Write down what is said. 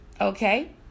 Okay